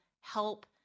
help